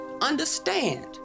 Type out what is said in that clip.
understand